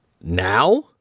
Now